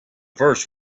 first